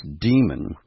demon